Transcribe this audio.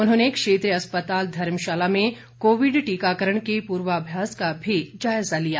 उन्होंने क्षेत्रीय अस्पताल धर्मशाला में कोविड टीकाकरण के पूर्वाभ्यास का भी जायजा लिया